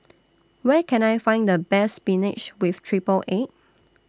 Where Can I Find The Best Spinach with Triple Egg